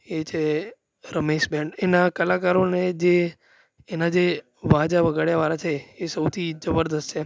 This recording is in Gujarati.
એ છે રમેશ બેન્ડ એના કલાકારો ને જે એના જે વાજા વગાળ્યાવાળા છે એ સૌથી જબરદસ્ત છે